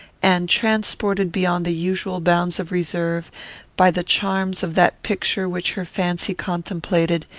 and, transported beyond the usual bounds of reserve by the charms of that picture which her fancy contemplated,